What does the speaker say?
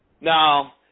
Now